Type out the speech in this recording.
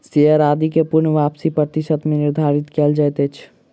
share आदि के पूर्ण वापसी प्रतिशत मे निर्धारित कयल जाइत अछि